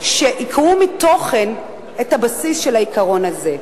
שעיקרו מתוכן את הבסיס של העיקרון הזה,